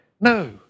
No